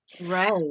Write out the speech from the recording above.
right